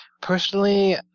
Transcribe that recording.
Personally